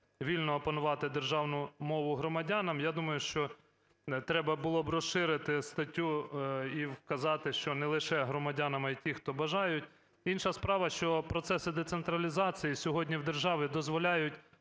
вільно опанувати державну мову громадянам, я думаю, що треба було б розширити статтю і вказати, що не лише громадянам, а і тим, хто бажають. Інша справа, що процеси децентралізації сьогодні в державі дозволяють